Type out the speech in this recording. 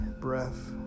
breath